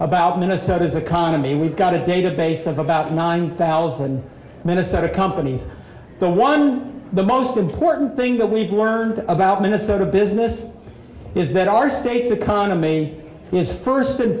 about minnesota's economy we've got a database of about nine thousand minnesota companies the one the most important thing that we've learned about minnesota business is that our state's economy is first and